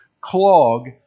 clog